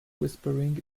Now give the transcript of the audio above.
whispering